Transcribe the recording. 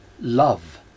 love